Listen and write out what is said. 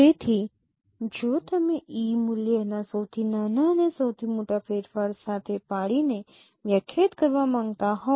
તેથી જો તમે E મૂલ્યના સૌથી નાના અને સૌથી મોટા ફેરફાર સાથે પાળીને વ્યાખ્યાયિત કરવા માંગતા હોવ